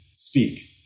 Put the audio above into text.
Speak